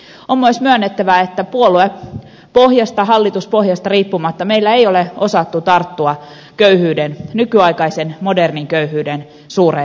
on myös myönnettävä että puoluepohjasta hallituspohjasta riippumatta meillä ei ole osattu tarttua köyhyyden nykyaikaisen modernin köyhyyden suureen vyyhtiin